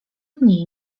dni